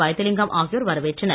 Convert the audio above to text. வைத்திலிங்கம் ஆகியோர் வரவேற்றனர்